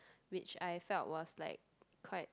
which I felt was like quite